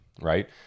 Right